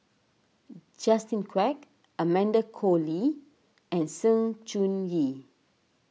Justin Quek Amanda Koe Lee and Sng Choon Yee